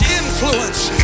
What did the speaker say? influence